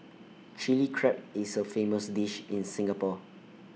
Chilli Crab is A famous dish in Singapore